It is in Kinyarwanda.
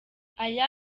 aya